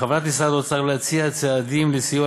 בכוונת משרד האוצר להציע צעדים לסיוע